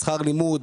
בשכר לימוד,